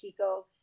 Kiko